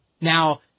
Now